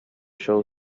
show